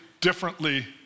differently